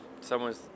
someone's